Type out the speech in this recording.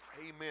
Amen